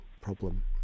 problem